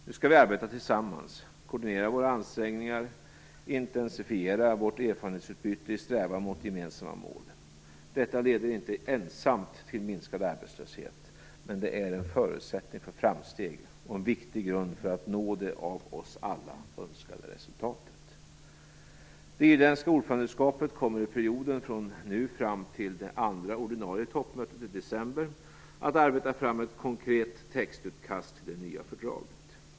Nu skall vi arbeta tillsammans, koordinera våra ansträngningar, intensifiera vårt erfarenhetsutbyte i strävan mot gemensamma mål. Detta leder inte ensamt till minskad arbetslöshet, men det är en förutsättning för framsteg och en viktig grund för att nå det av oss alla önskade resultatet. Det irländska ordförandeskapet kommer i den period som börjar nu och pågår fram till det andra, ordinarie, toppmötet i december att arbeta fram ett konkret textutkast till det nya fördraget.